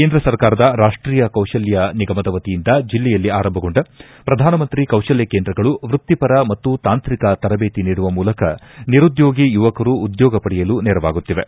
ಕೇಂದ್ರ ಸರ್ಕಾರದ ರಾಷ್ಷೀಯ ಕೌಶಲ್ಲ ನಿಗಮದ ವತಿಯಿಂದ ಜಲ್ಲೆಯಲ್ಲಿ ಆರಂಭಗೊಂಡ ಪ್ರಧಾನ ಮಂತ್ರಿ ಕೌಶಲ್ಲ ಕೇಂದ್ರಗಳು ವ್ಯಕ್ತಿಪರ ಮತ್ತು ತಾಂತ್ರಿಕ ತರಬೇತಿ ನೀಡುವ ಮೂಲಕ ನಿರುದ್ದೋಗಿ ಯುವಕರು ಉದ್ಯೋಗ ಪಡೆಯಲು ನೆರವಾಗುತ್ತಿವೆ